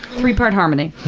three part harmony.